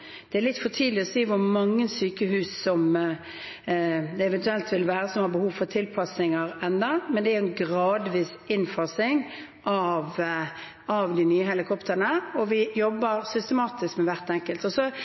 Det er ennå litt for tidlig å si hvor mange sykehus det eventuelt vil være som har behov for tilpasninger, men det er en gradvis innfasing av de nye helikoptrene, og vi jobber systematisk med hvert enkelt.